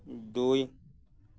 দুই